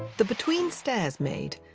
the between-stairs maid,